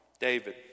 David